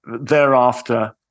thereafter